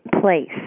place